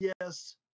yes